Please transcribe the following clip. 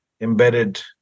embedded